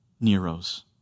Nero's